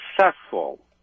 successful